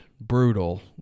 Brutal